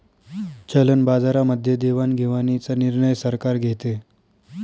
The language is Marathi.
चलन बाजारामध्ये देवाणघेवाणीचा निर्णय सरकार घेते